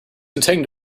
intending